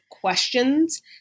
questions